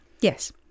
Yes